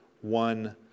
one